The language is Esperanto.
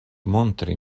montri